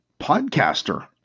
podcaster